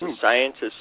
scientists